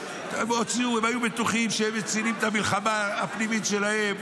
הם היו בטוחים שהם מצילים את המלחמה הפנימית שלהם,